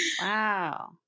Wow